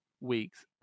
weeks